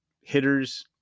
hitters